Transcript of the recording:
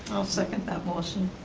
i'll second that motion.